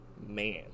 Man